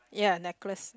ya necklaces